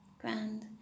grand